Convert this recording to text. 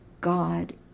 God